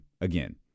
again